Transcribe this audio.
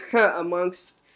amongst